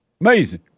Amazing